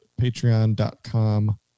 Patreon.com